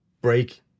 Break